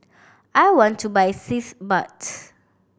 I want to buy Sitz Bath